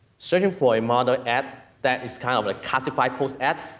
searching for a mother ad, that is kind of like classified post ad.